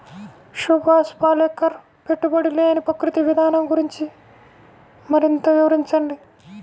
సుభాష్ పాలేకర్ పెట్టుబడి లేని ప్రకృతి విధానం గురించి మరింత వివరించండి